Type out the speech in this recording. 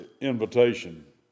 invitation